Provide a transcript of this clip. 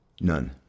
none